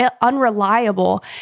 unreliable